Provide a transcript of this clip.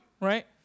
right